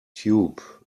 tube